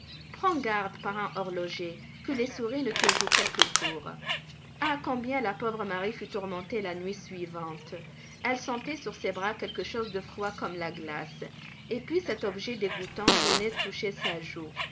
prends garde parrain horloger que les souris ne te jouent quelque tour ah combien la pauvre marie fut tourmentée la nuit suivante elle sentait sur ses bras quelque chose de froid comme la glace et puis cet objet dégoûtant venait toucher sa joue